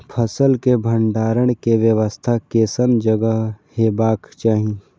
फसल के भंडारण के व्यवस्था केसन जगह हेबाक चाही?